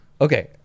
okay